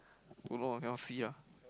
don't know I cannot see ah